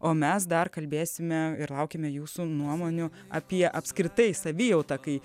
o mes dar kalbėsime ir laukiame jūsų nuomonių apie apskritai savijautą kai